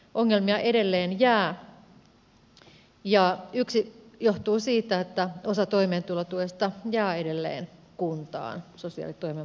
ongelmia edelleen jää ja yksi johtuu siitä että osa toimeentulotuesta jää edelleen kuntaan sosiaalitoimen maksettavaksi